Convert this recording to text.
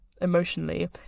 emotionally